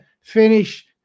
finish